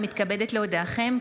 אני מתכבדת להודיעכם,